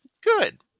Good